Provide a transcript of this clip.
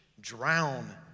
drown